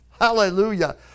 Hallelujah